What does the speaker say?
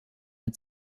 mit